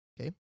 Okay